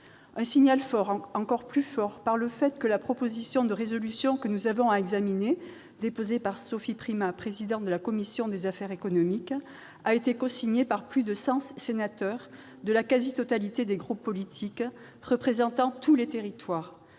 Un signal rendu encore plus fort par le fait que la proposition de résolution que nous examinons, déposée par Sophie Primas, présidente de la commission des affaires économiques, a été cosignée par plus de cent sénateurs venant de la quasi-totalité des groupes politiques, représentant tous les territoires.